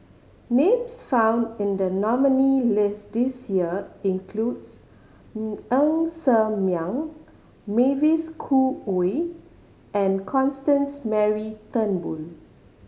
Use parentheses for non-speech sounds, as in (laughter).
names found in the nominee list this year includes (unintelligible) Ng Ser Miang Mavis Khoo Oei and Constance Mary Turnbull